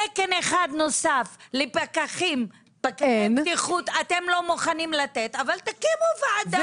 תקן אחד נוסף לפקחי בטיחות אתם לא מוכנים לתת אבל תקימו ועדה.